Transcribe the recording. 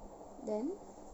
then